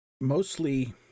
mostly